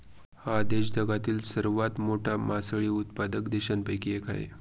हा देश जगातील सर्वात मोठा मासळी उत्पादक देशांपैकी एक आहे